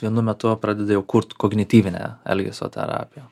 vienu metu pradeda jau kurt kognityvinę elgesio terapiją